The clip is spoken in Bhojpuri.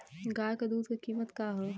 गाय क दूध क कीमत का हैं?